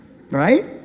Right